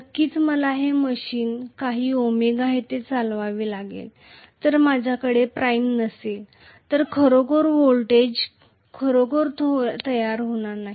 नक्कीच मला हे मशीन काही ओमेगा ω येथे चालवावे लागेल जर माझ्याकडे प्राइम नसेल तर खरोखर व्होल्टेज खरोखर तयार होणार नाही